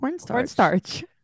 cornstarch